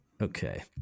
Okay